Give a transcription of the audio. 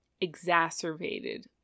exacerbated